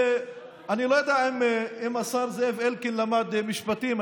אני לא יודע אם השר זאב אלקין למד משפטים,